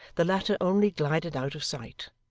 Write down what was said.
the latter only glided out of sight,